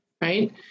right